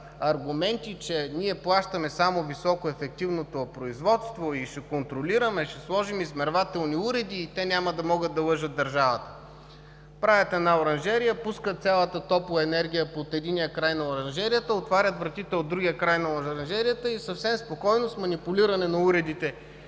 аргументи, че ние плащаме само високоефективното производство и ще контролираме, ще сложим измервателни уреди и те няма да могат да лъжат държавата. Правят една оранжерия, пускат цялата топлоенергия под единия край на оранжерията, отварят вратите от другия край на оранжерията и съвсем спокойно с манипулиране на уредите